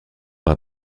par